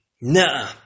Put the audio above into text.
Nah